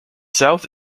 south